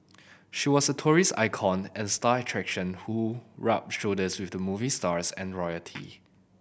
she was a tourism icon and star attraction who rubbed shoulders with movie stars and royalty